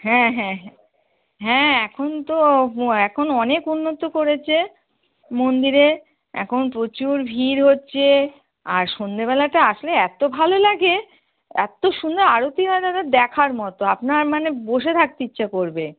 হ্যাঁ হ্যাঁ হ্যাঁ এখন তো এখন অনেক উন্নত করেছে মন্দিরে এখন প্রচুর ভিড় হচ্ছে আর সন্ধ্যেবেলাটা আসলে এতো ভালো লাগে এতো সুন্দর আরতি হয় দাদা দেখার মতো আপনার মানে বসে থাকতে ইচ্ছো করবে